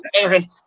Aaron